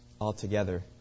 altogether